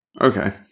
Okay